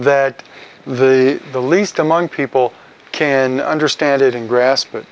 that the the least among people can understand it and gras